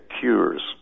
Cures